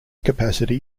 capacity